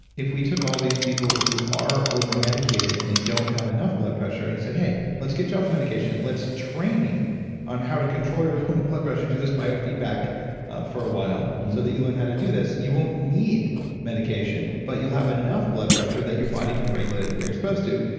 if we took all these people who are over medicated and don't have enough blood pressure, and said, hey, let's get you off the medication. let's train you on how to control your own and blood pressure. do this biofeedback for a while so that you learn how to do this, you won't need medication, but you'll have enough blood pressure that your body can regulate it the way you're supposed to.